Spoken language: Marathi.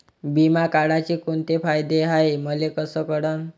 बिमा काढाचे कोंते फायदे हाय मले कस कळन?